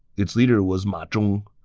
its leader was ma zhong,